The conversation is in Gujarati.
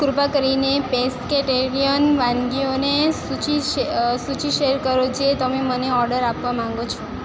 કૃપા કરીને પેસકેટેરિયન વાનગીઓને સૂચિ શેર કરો જે તમે મને ઓડર આપવા માંગો છો